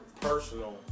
Personal